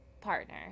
partner